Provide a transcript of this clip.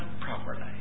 properly